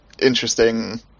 interesting